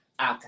Okay